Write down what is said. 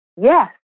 yes